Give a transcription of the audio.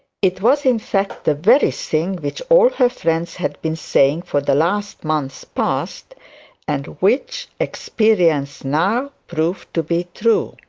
it was in fact the very thing which all her friends had been saying for the last month past and which experience now proved to be true.